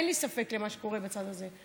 אין לי ספק במה שקורה בצד הזה,